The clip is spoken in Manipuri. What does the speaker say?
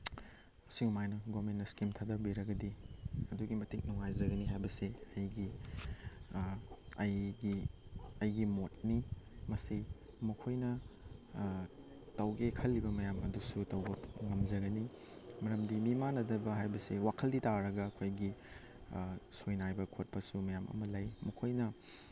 ꯑꯁꯨꯃꯥꯏꯅ ꯒꯣꯔꯃꯦꯟꯅ ꯏꯁꯀꯤꯝ ꯊꯥꯗꯕꯤꯔꯒꯗꯤ ꯑꯗꯨꯛꯀꯤ ꯃꯇꯤꯛ ꯅꯨꯡꯉꯥꯏꯖꯒꯅꯤ ꯍꯥꯏꯕꯁꯤ ꯑꯩꯒꯤ ꯑꯩꯒꯤ ꯑꯩꯒꯤ ꯃꯣꯠꯅꯤ ꯃꯁꯤ ꯃꯈꯣꯏꯅ ꯇꯧꯒꯦ ꯈꯜꯂꯤꯕ ꯃꯌꯥꯝ ꯑꯗꯨꯁꯨ ꯇꯧꯕ ꯉꯝꯖꯒꯅꯤ ꯃꯔꯝꯗꯤ ꯃꯤꯃꯥꯟꯅꯗꯕ ꯍꯥꯏꯕꯁꯦ ꯋꯥꯈꯟꯗꯤ ꯇꯥꯔꯒ ꯑꯩꯈꯣꯏꯒꯤ ꯁꯣꯏꯅꯥꯏꯕ ꯈꯣꯠꯄꯁꯨ ꯃꯌꯥꯝ ꯑꯃ ꯂꯩ ꯃꯈꯣꯏꯅ